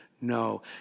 No